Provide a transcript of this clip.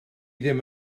ddim